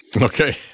Okay